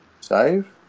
save